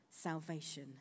salvation